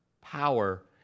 power